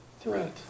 threat